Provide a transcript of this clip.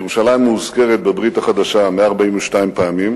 ירושלים מאוזכרת בברית החדשה 142 פעמים,